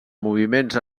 moviments